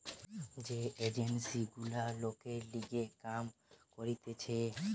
যে এজেন্সি গুলা লোকের লিগে কাম করতিছে